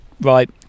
Right